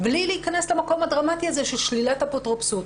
בלי להיכנס למקום הדרמטי הזה של שלילת אפוטרופסות.